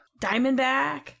Diamondback